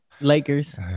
Lakers